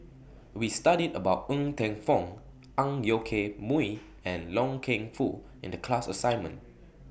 We studied about Ng Teng Fong Ang Yoke Mooi and Loy Keng Foo in The class assignment